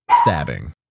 stabbing